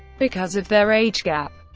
because of their age gap,